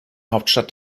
hauptstadt